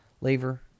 lever